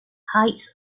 hides